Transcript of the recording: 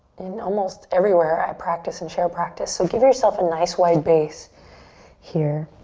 in almost everywhere i practice and share practice. so give yourself a nice wide base here.